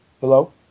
Hello